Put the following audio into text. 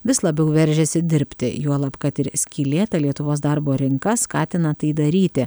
vis labiau veržiasi dirbti juolab kad ir skylėta lietuvos darbo rinka skatina tai daryti